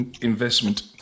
Investment